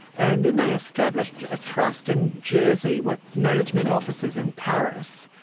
and then they established a trust in jersey with management offices in paris,